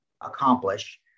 accomplish